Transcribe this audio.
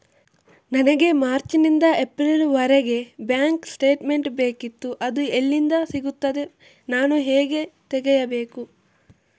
ನನಗೆ ಮಾರ್ಚ್ ನಿಂದ ಏಪ್ರಿಲ್ ವರೆಗೆ ಬ್ಯಾಂಕ್ ಸ್ಟೇಟ್ಮೆಂಟ್ ಬೇಕಿತ್ತು ಅದು ಎಲ್ಲಿಂದ ಸಿಗುತ್ತದೆ ನಾನು ಹೇಗೆ ತೆಗೆಯಬೇಕು?